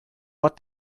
what